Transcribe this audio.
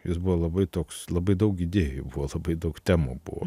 jis buvo labai toks labai daug idėjų buvo labai daug temų buvo